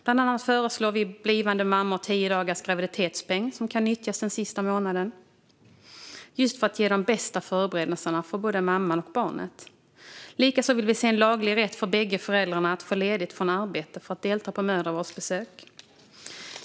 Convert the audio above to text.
Bland annat föreslår vi blivande mammor tio dagars graviditetspeng som kan nyttjas den sista månaden, just för att ge de bästa förberedelserna för både mamman och barnet. Likaså vill vi se en laglig rätt för bägge föräldrarna att få ledigt från arbetet för att delta i mödravårdsbesök.